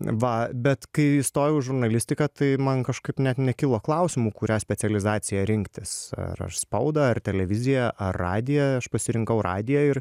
va bet kai įstojau į žurnalistiką tai man kažkaip net nekilo klausimų kurią specializaciją rinktis ar ar spaudą ar televiziją ar radiją aš pasirinkau radiją ir